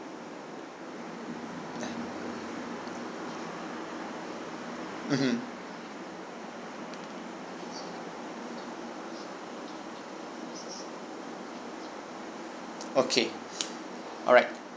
mmhmm okay alright